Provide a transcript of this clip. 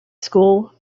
school